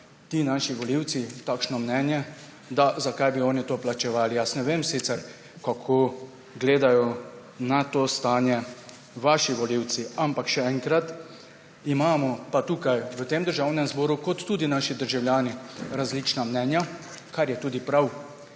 ti naši volivci takšno mnenje, zakaj bi oni to plačevali. Jaz ne vem sicer, kako gledajo na to stanje vaši volivci, ampak še enkrat, imamo pa tukaj v tem državnem zboru kot tudi naši državljani različna mnenja, kar je tudi prav.